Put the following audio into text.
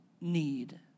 need